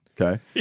okay